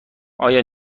آیا